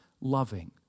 loving